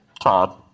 Todd